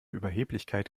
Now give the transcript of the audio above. überheblichkeit